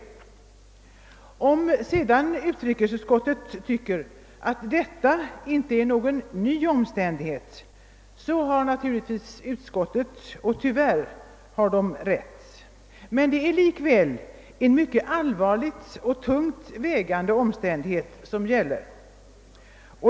Om sedan utrikesutskottet tycker att detta inte är någon »ny omständighet» så har naturligtvis — och tyvärr — utskottet rätt. Men det är likväl en mycket allvarlig och tungt vägande »omständighet».